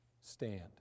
stand